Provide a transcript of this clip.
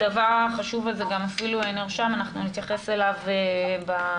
הדבר החשוב הזה גם אפילו נרשם ואנחנו נתייחס אליו בסיכום.